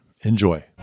enjoy